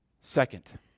Second